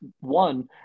One